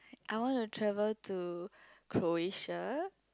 I wanna travel to Croatia